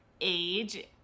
age